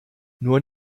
nur